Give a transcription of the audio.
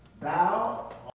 Thou